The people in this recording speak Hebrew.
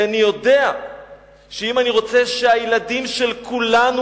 כי אני יודע שאם אני רוצה שהילדים של כולנו